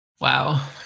Wow